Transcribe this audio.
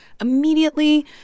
immediately